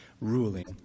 ruling